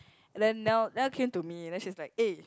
then Niel Niel came to me and then she's like eh